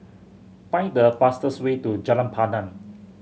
find the fastest way to Jalan Pandan